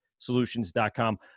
solutions.com